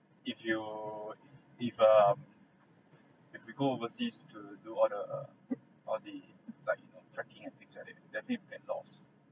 if you if err if we go overseas to do all the all the like you know trekking and pick at it definitely will get lost